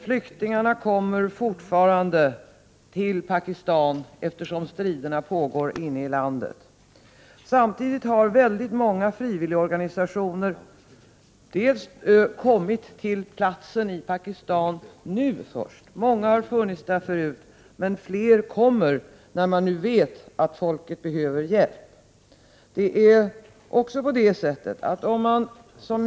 Flyktingarna kommer fortfarande till Pakistan, eftersom striderna pågår inne i landet. Väldigt många frivillgsorganisationer har också kommit till Pakistan. En del kommer först nu, medan många andra har funnits där förut. Fler kommer alltså nu när man vet att folk behöver hjälp.